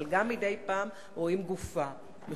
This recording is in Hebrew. אבל גם מדי פעם רואים גופה מכוסה.